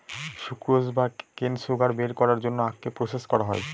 sucrose বা কেন sugar বের করার জন্য আখকে প্রসেস করা হয়